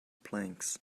planks